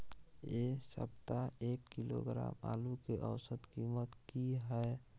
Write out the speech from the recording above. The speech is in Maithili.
ऐ सप्ताह एक किलोग्राम आलू के औसत कीमत कि हय?